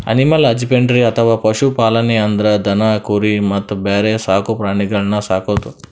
animal husbandry ಅಥವಾ ಪಶು ಪಾಲನೆ ಅಂದ್ರ ದನ ಕುರಿ ಮತ್ತ್ ಬ್ಯಾರೆ ಸಾಕ್ ಪ್ರಾಣಿಗಳನ್ನ್ ಸಾಕದು